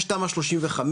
יש תמ"א 35,